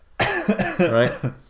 Right